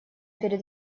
перед